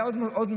היה עוד מקרה,